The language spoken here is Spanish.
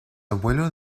abuelo